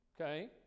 okay